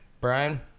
Brian